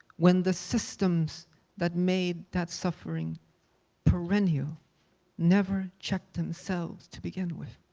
when the systems that made that suffering perennial never checked themselves to begin with.